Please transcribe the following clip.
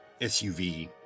SUV